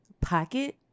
pocket